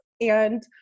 and-